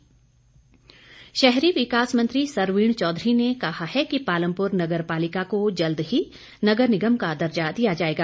सरवीण शहरी विकास मंत्री सरवीण चौधरी ने कहा है कि पालमपुर नगर पालिका को जल्द ही नगर निगम का दर्जा दिया जाएगा